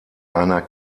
einer